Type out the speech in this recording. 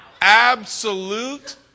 Absolute